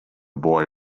boy